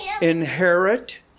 inherit